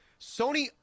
Sony